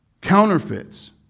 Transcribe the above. counterfeits